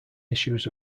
issues